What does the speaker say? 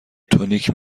تونیک